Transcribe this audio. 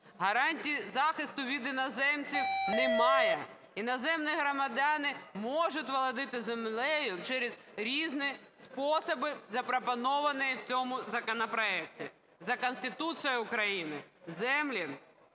гарантій захисту від іноземців немає, іноземні громадяни можуть володіти землею через різні способи, запропоновані в цьому законопроекті. За Конституцією України земля